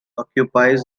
occupies